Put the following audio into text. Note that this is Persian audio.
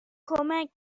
کمک